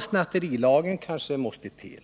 Snatterilagen kanske måste ändras.